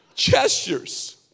Gestures